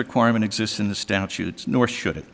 requirement exists in the statutes nor should